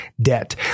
debt